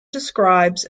describes